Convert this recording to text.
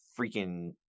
freaking